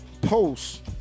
post